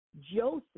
Joseph